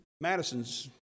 Madison's